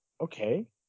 Okay